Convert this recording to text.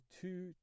two